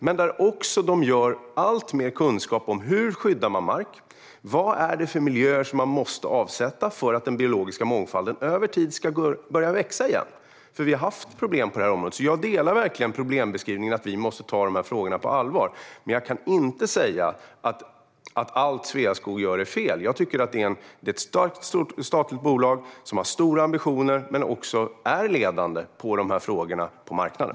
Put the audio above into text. Skogsindustrin får även alltmer kunskap om hur man skyddar mark och om vilka miljöer man måste avsätta för att den biologiska mångfalden över tid ska börja växa igen. Vi har ju haft problem på detta område, och jag håller med om problembeskrivningen att vi måste ta dessa frågor på allvar. Jag kan dock inte säga att allt som Sveaskog gör är fel. Det är ett stort statligt bolag som har stora ambitioner och som även är marknadsledande när det gäller dessa frågor.